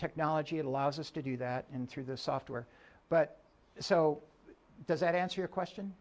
technology it allows us to do that in through the software but so does that answer your question